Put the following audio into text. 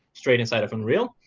straight inside of unreal.